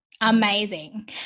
Amazing